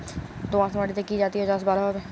দোয়াশ মাটিতে কি জাতীয় চাষ ভালো হবে?